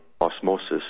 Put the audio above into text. osmosis